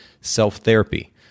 self-therapy